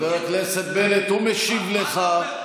חבר הכנסת בנט, הוא משיב לך.